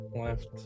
left